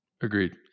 Agreed